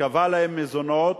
קבע להן מזונות,